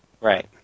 Right